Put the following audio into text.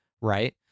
right